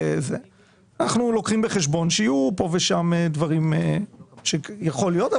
אנחנו לוקחים בחשבון שיהיו פה ושם דברים; יכול להיות.